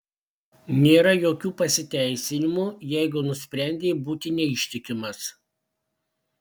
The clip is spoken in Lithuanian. nėra jokių pasiteisinimų jeigu nusprendei būti neištikimas